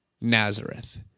Nazareth